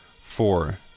Four